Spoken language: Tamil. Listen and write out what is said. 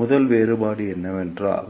முதல் வேறுபாடு என்னவென்றால்